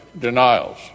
denials